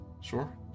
Sure